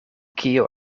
kio